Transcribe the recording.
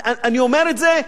אני אומר את זה,